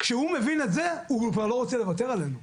כשהוא מבין את זה, הוא כבר לא רוצה לוותר עלינו.